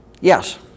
Yes